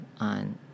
on